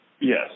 Yes